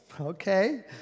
okay